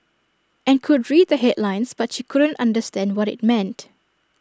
and could read the headlines but she couldn't understand what IT meant